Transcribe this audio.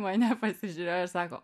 mane pasižiūrėjo ir sako